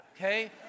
okay